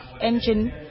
Engine